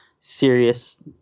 serious